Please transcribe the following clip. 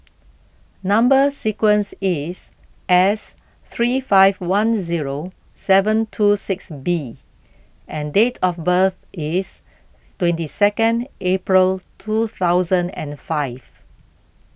Number Sequence is S three five one zero seven two six B and date of birth is twenty second April two thousand and five